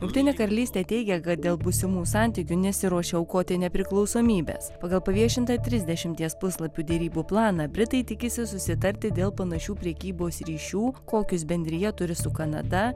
jungtinė karalystė teigia kad dėl būsimų santykių nesiruošia aukoti nepriklausomybės pagal paviešintą trisdešimties puslapių derybų planą britai tikisi susitarti dėl panašių prekybos ryšių kokius bendrija turi su kanada